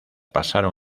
pasaron